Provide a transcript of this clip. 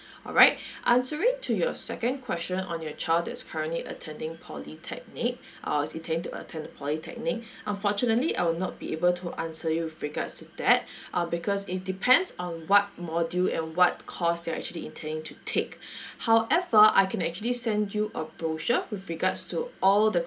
alright answering to your second question on your child that's currently attending polytechnic uh he's intending to attend polytechnic unfortunately I will not be able to answer you with regards to that uh because it depends on what module and what course they're actually intending to take however I can actually send you a brochure with regards to all the